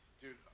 Dude